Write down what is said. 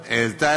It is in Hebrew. מסודר.